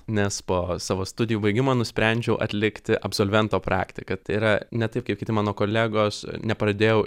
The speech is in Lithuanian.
nes po savo studijų baigimo nusprendžiau atlikti absolvento praktiką tai yra ne taip kaip kiti mano kolegos nepradėjau